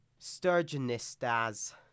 Sturgeonistas